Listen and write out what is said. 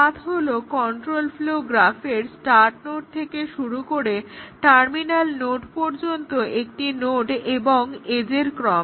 path হলো control flow গ্রাফের start node থেকে শুরু করে টার্মিনাল নোড পর্যন্ত একটি নোড এবং এজের ক্রম